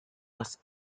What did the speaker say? was